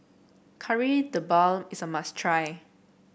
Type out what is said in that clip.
Kari Debal is a must try